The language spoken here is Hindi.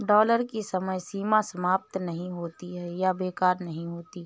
डॉलर की समय सीमा समाप्त नहीं होती है या बेकार नहीं होती है